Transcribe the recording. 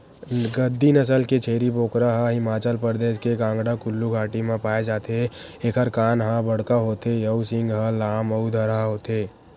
गद्दी नसल के छेरी बोकरा ह हिमाचल परदेस के कांगडा कुल्लू घाटी म पाए जाथे एखर कान ह बड़का होथे अउ सींग ह लाम अउ धरहा होथे